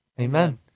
Amen